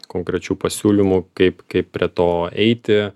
konkrečių pasiūlymų kaip kaip prie to eiti